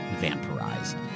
vampirized